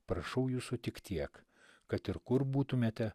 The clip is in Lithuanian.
prašau jūsų tik tiek kad ir kur būtumėte